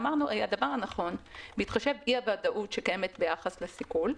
אמרנו שהדבר הנכון בהתחשב באי-הוודאות שקיימת ביחס לסיכול,